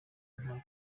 ntako